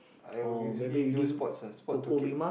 I will usually do sports ah sport to keep